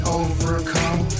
overcome